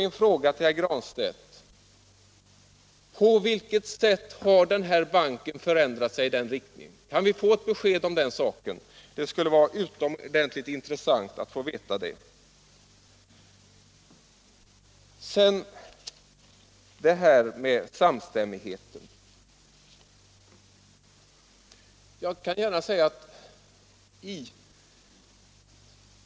Min fråga till herr Granstedt lyder: På vilket sätt har den interamerikanska banken förändrats i den riktningen? Det skulle vara utomordentligt intressant att få ett besked om den saken. 151 Sedan detta med samstämmigheten.